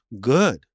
good